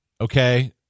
okay